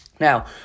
Now